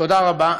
תודה רבה.